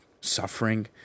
suffering